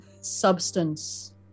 substance